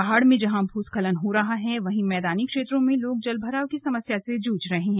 पहाड़ में जहां भूस्खलन हो रहा है वहीं मैदानी क्षेत्रों में लोग जलभराव की समस्या से जूझ रहे हैं